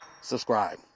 subscribe